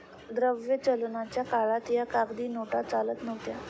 द्रव्य चलनाच्या काळात या कागदी नोटा चालत नव्हत्या